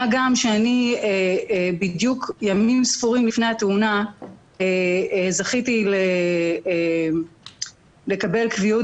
מה גם שימים ספורים לפני התאונה זכיתי לקבל קביעות